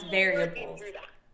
variables